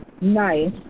Nice